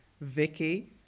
Vicky